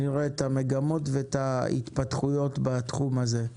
נראה את המגמות ואת ההתפתחויות בתחום הזה.